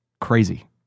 crazy